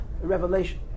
revelation